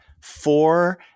four